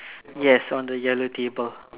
yes on the yellow table